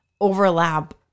overlap